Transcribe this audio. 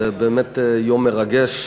זה באמת יום מרגש.